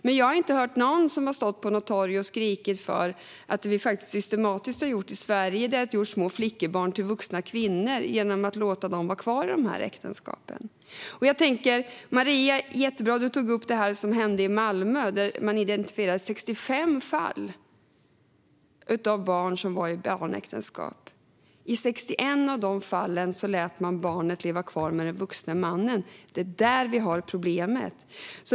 Men jag har inte hört någon som stått på något torg och skrikit om att vi i Sverige faktiskt systematiskt har gjort små flickebarn till vuxna kvinnor genom att låta dem vara kvar i de här äktenskapen. Det är jättebra att Maria Stockhaus tog upp det som hände i Malmö, där man identifierade 65 fall av barn som var i barnäktenskap. I 61 av de fallen lät man barnet leva kvar med den vuxne mannen. Det är där vi har problemet.